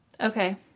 Okay